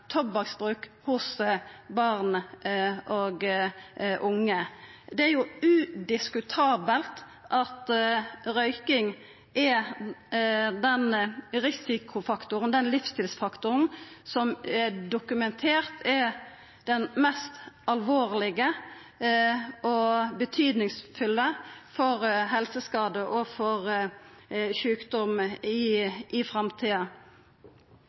tobakksbruk blant barn og unge. Det er jo udiskutabelt at røyking er den livsstilsfaktoren som dokumentert er den mest alvorlege og avgjerande for helseskadar og for sjukdom i framtida.